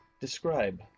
describe